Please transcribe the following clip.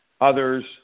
Others